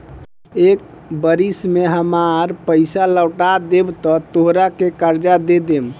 एक बरिस में हामार पइसा लौटा देबऽ त तोहरा के कर्जा दे देम